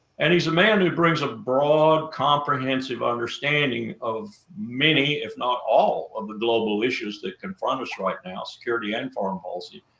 and he's a man who brings a broad, comprehensive understanding of many, if not all, of the global issues that confront us right now, security and foreign policy,